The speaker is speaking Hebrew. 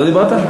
לא דיברת?